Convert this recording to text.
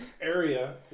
area